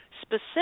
specific